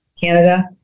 Canada